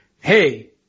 hey